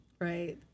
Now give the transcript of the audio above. Right